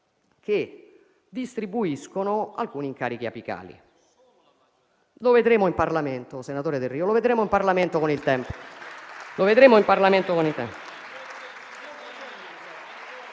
e distribuiscono alcuni incarichi apicali. *(Commenti).* Lo vedremo in Parlamento, senatore Delrio, lo vedremo in Parlamento con il tempo.